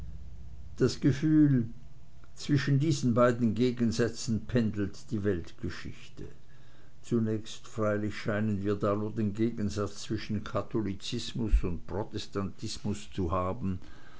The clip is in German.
das gefühl zwischen diesen beiden gegensätzen pendelt die weltgeschichte zunächst freilich scheinen wir da nur den gegensatz zwischen katholizismus und protestantismus zu haben